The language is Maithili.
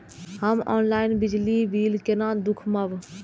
हम ऑनलाईन बिजली बील केना दूखमब?